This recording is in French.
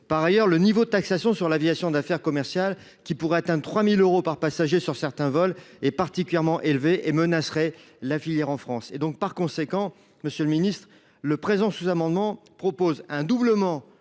Par ailleurs, le niveau de taxation sur l’aviation d’affaires commerciale, qui pourrait atteindre 3 000 euros par passager sur certains vols, est particulièrement élevé et menacerait la filière en France. C’est pourquoi le présent sous amendement tend à prévoir un doublement